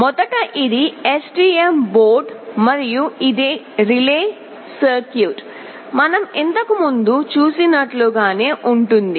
మొదట ఇది STM board మరియు ఇది రిలేసర్క్యూట్ మనం ఇంతకు ముందు చూసినట్లుగానే ఉంటుంది